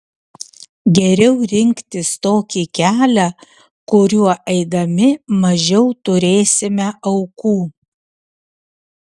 geriau rinktis tokį kelią kuriuo eidami mažiau turėsime aukų